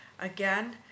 again